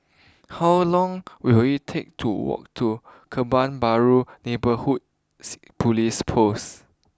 how long will it take to walk to Kebun Baru Neighbourhood police post